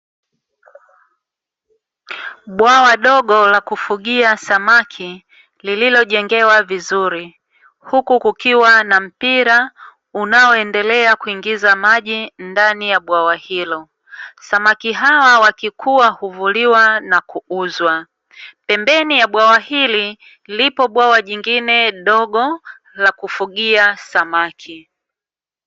Bwawa dogo la kufugia samaki, lililojengewa vizuri huku kukiwa na mpira unaoendelea kuingiza maji ndani ya bwawa hilo. Samaki hawa wakikua huvuliwa na kuuzwa. Pembeni ya bwawa hili lipo bwawa jingine dogo la kufugia samaki.